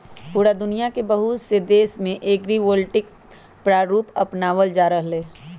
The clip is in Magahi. पूरा दुनिया के बहुत से देश में एग्रिवोल्टिक प्रारूप अपनावल जा रहले है